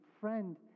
Friend